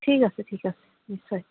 ঠিক আছে ঠিক আছে নিশ্চয়